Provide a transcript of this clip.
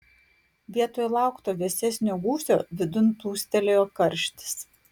vietoj laukto vėsesnio gūsio vidun plūstelėjo karštis